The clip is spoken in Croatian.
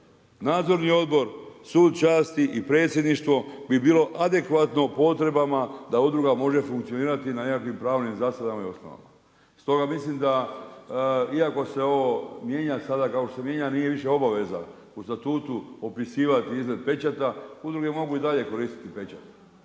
Nadzorni odbor, sud časti i predsjedništvo bi bilo adekvatno potrebama da udruga može funkcionirati na nekakvim pravnim … osnovama. Stoga mislim da se iako se ovo mijenja sada kao što se mijenja nije više obaveza u statutu opisivati izgled pečata. Udruge mogu i dalje koristiti pečat